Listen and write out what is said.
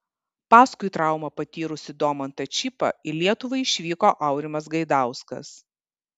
paskui traumą patyrusį domantą čypą į lietuvą išvyko aurimas gaidauskas